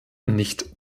nicht